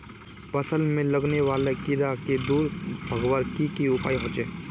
फसल में लगने वाले कीड़ा क दूर भगवार की की उपाय होचे?